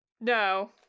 no